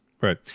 Right